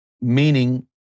meaning